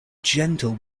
gentle